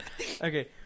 Okay